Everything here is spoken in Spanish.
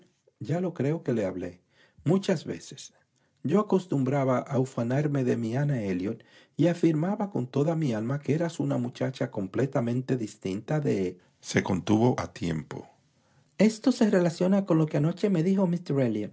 ya lo creo que le hablé muchas veces yo acostumbraba a ufanarme de mi ana elliot y afirmaba con toda mi alma que eras una muchacha completamente distinta de se contuvo a tiempo esto se relaciona con lo que anoche me dijo